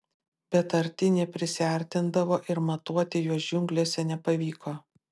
bet arti neprisiartindavo ir matuoti juos džiunglėse nepavyko